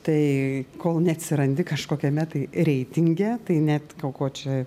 tai kol neatsirandi kažkokiame tai reitinge tai net ko ko čia